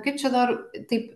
kaip čia dar taip